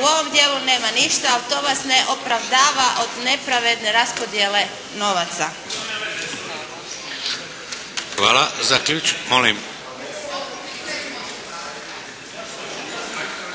U ovom dijelu nema ništa, ali to vas ne opravdava od nepravedne raspodjele novaca. **Šeks, Vladimir